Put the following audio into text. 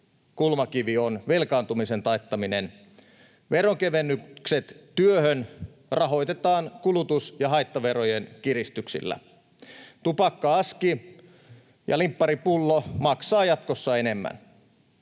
kulmakivi on velkaantumisen taittaminen, veronkevennykset työhön rahoitetaan kulutus- ja haittaverojen kiristyksillä. Tupakka-aski ja limpparipullo maksavat jatkossa enemmän,